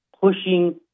pushing